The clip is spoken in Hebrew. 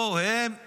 לא, הם עליונים.